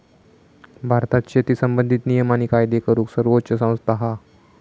भारतात शेती संबंधित नियम आणि कायदे करूक सर्वोच्च संस्था हा